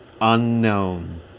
unknown